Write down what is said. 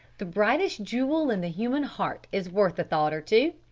the brightest jewel in the human heart is worth a thought or two!